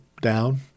down